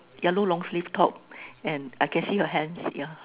yellow long sleeve top and I can see her hands yeah